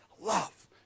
love